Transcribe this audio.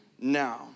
now